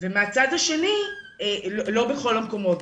בכל המקומות,